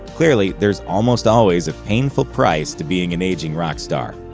clearly, there's almost always a painful price to being an aging rock star.